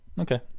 Okay